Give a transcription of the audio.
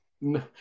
No